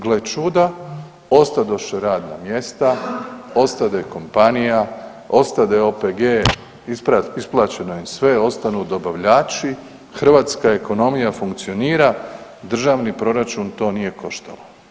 Gle čuda ostadoše radna mjesta, ostade kompanija, ostade OPG-e, isplaćeno je sve, ostanu dobavljači, hrvatska ekonomija funkcionira, državni proračun to nije koštalo.